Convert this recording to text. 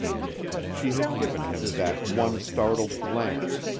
she had given him that one startled glance,